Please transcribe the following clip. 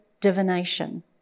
divination